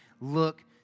look